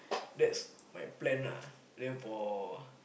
that's my plan ah then for